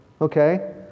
Okay